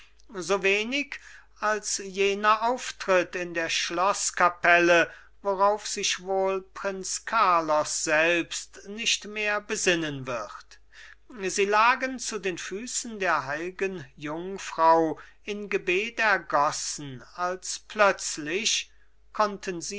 so wenig als jener auftritt in der schloßkapelle worauf sich wohl prinz carlos selbst nicht mehr besinnen wird sie lagen zu den füßen der heilgen jungfrau in gebet ergossen als plötzlich konnten